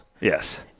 Yes